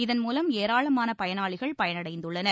இதன் மூலம் ஏராளமான பயனாளிகள் பயனடைந்துள்ளனர்